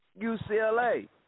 UCLA